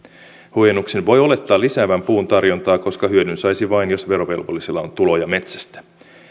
huojennuksen voi olettaa lisäävän puun tarjontaa koska hyödyn saisi vain jos verovelvollisella on tuloja metsästä